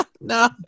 No